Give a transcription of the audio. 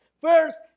First